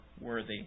worthy